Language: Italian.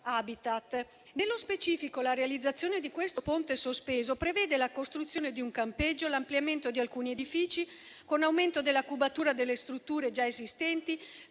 Habitat. Nello specifico, la realizzazione di questo ponte sospeso prevede la costruzione di un campeggio, l'ampliamento di alcuni edifici con aumento della cubatura delle strutture già esistenti,